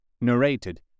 narrated